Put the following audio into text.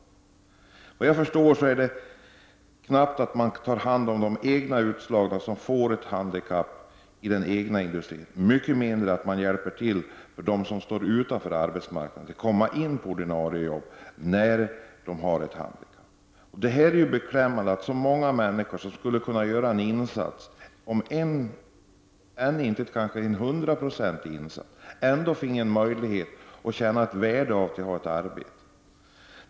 Såvitt jag förstår tar företagen knappt hand om de anställda i den egna industrin som får ett handikapp, och mycket mindre hjälper företagen dem som står utanför arbetsmarknaden att få ett ordinarie arbete om de har ett handikapp. Det är beklämmande att så många människor som skulle kunna göra en insats, om än inte en hundraprocentig insats, inte får en möjlighet att känna värdet av att ha ett arbete.